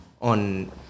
on